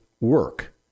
work